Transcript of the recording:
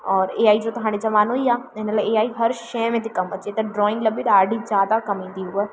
और A I जो त हाणे ज़मानो ई आहे इन लाइ ए आई हर शइ में थी कमु अचे त ड्राइंग लाइ बि ॾाढी ज्यादा कमु ईंदी उहा